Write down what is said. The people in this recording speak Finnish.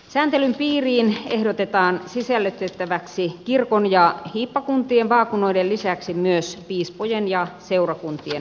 sääntelyn piiriin ehdotetaan sisällytettäväksi kirkon ja hiippakuntien vaakunoiden lisäksi myös piispojen ja seurakuntien vaakunat